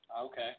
Okay